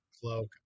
cloak